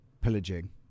pillaging